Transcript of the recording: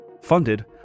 funded